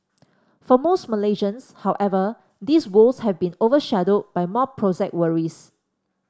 for most Malaysians however these woes have been overshadowed by more prosaic worries